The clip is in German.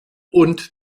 und